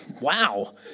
wow